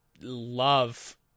love